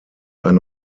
ein